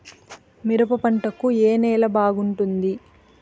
మిరప పంట కు ఏ నేల బాగుంటుంది?